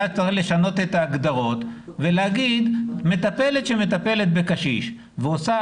היה צריך לשנות את ההגדרות ולהגיד שמטפלת בקשיש ועושה